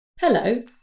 Hello